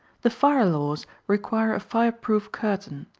the fire laws require a fireproof curtain,